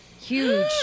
huge